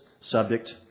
subject